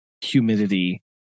humidity